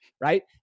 Right